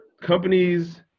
companies